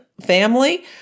family